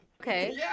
Okay